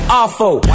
awful